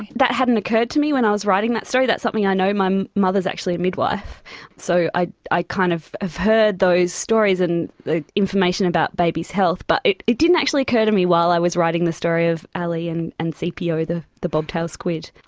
that hadn't occurred to me when i was writing that story. that's something i know, my mother is actually a midwife so i i kind of have heard those stories and the information about babies' health, but it it didn't actually occur to me while i was writing the story of ali and and sepio, the the bobtail squid.